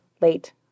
late